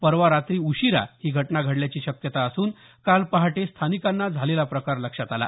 परवा रात्री उशीरा ही घटना घडल्याची शक्यता असून काल पहाटे स्थानिकांना झालेला प्रकार लक्षात आला